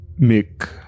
Mick